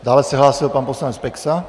Dále se hlásil pan poslanec Peksa.